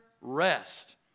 rest